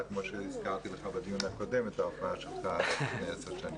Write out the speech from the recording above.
כמו שהזכרתי לך בדיון הקודם את ההופעה שלך לפני עשר שנים.